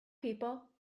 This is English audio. people